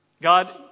God